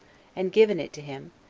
and given it to him,